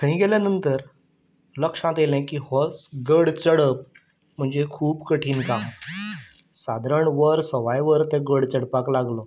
थंय गेल्या नंतर लक्षांत येयलें की हो गड चडप म्हणजे खूब कठीण काम सादरण वर सवाय वर थंय गड चडपाक लागलो